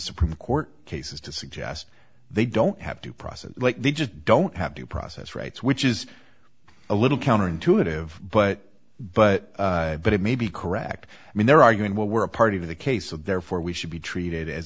supreme court cases to suggest they don't have to process like they just don't have to process rights which is a little counterintuitive but but but it may be correct i mean they're arguing well we're a party to the case so therefore we should be treated as